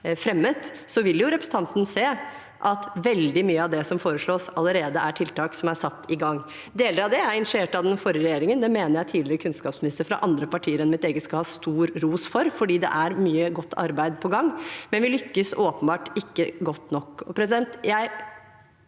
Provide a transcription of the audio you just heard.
fremmet, ville representanten sett at veldig mye av det som foreslås, allerede er tiltak som er satt i gang. Deler av det er initiert av den forrige regjeringen. Det mener jeg tidligere kunnskapsministre fra andre partier enn mitt eget skal ha stor ros for, for det er mye godt arbeid på gang, men vi lykkes åpenbart ikke godt nok.